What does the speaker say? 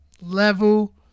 level